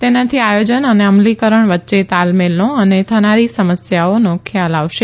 તેનાથી આયોજન અને અમલીકરણ વય્યે તાલમેલનો અને થનારી સમસ્યાઓ ખ્યાલ આવશે